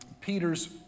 Peter's